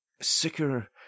sicker